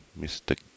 Mr